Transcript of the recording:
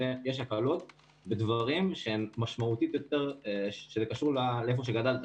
שיש הקלות בדברים שהם משמעותית קשורים לאיפה שגדלת.